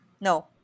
No